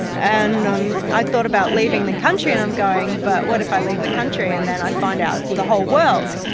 and um i thought about leaving the country and i'm going, but what if i leave the country and then i find out it's the whole world?